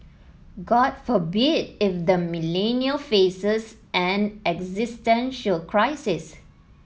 god forbid if the Millennial faces an existential crisis